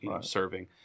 serving